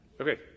Okay